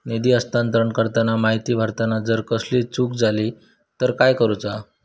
निधी हस्तांतरण करताना माहिती भरताना जर कसलीय चूक जाली तर काय करूचा?